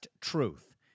truth